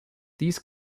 these